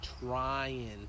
trying